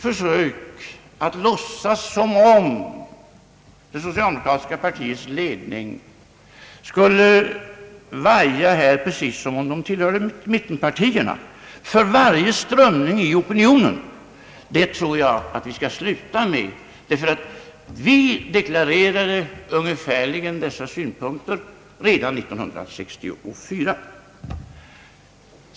Försöken att låtsas som om det socialdemokratiska partiets ledning skulle vaja här precis som mittenpartierna för varje strömning i opinionen, tror jag att man skall sluta med, ty vi deklarerade ungefärligen dessa synpunkter redan 1964.